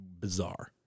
bizarre